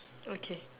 okay